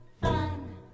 Fun